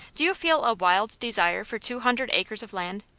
do you feel a wild desire for two hundred acres of land?